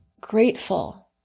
grateful